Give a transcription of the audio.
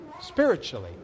Spiritually